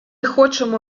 хочемо